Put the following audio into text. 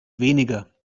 weniger